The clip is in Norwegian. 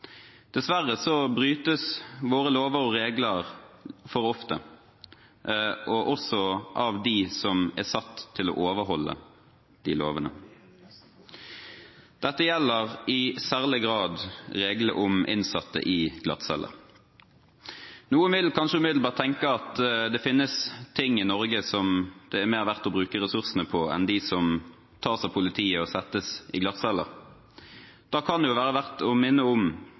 Dessverre brytes våre lover og regler for ofte, og også av dem som er satt til å overholde disse lovene. Dette gjelder i særlig grad reglene om innsatte på glattcelle. Noen vil kanskje umiddelbart tenke at det finnes ting i Norge som det er mer verdt å bruke ressursene på enn dem som tas av politiet og settes på glattceller. Da kan det være verdt å minne om